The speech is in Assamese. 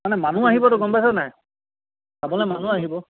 মানে মানুহ আহিব তো গম পাইছ নে নাই চাবলে মানুহ আহিব